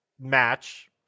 match